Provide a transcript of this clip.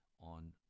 on